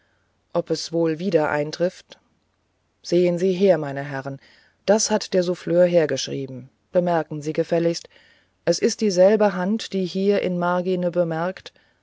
ob es wohl wieder eintrifft sehen sie her meine herren das hat der souffleur hergeschrieben bemerken sie gefälligst es ist dieselbe hand die hier in margine bemerkt